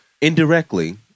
Indirectly